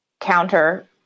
counter